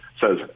says